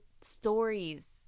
stories